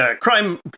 crime